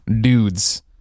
dudes